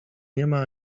niema